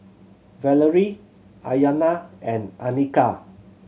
Valarie Iyana and Annika